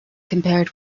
compared